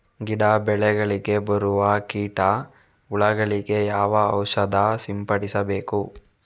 ಗಿಡ, ಬೆಳೆಗಳಿಗೆ ಬರುವ ಕೀಟ, ಹುಳಗಳಿಗೆ ಯಾವ ಔಷಧ ಸಿಂಪಡಿಸಬೇಕು?